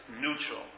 neutral